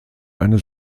eine